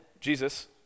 Jesus